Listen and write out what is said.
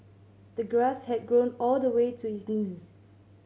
the grass had grown all the way to his knees